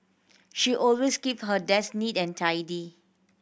she always keep her desk neat and tidy